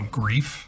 grief